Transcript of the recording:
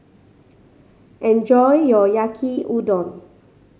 enjoy your Yaki Udon